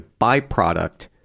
byproduct